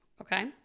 okay